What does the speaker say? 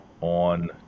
on